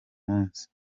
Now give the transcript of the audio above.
munsi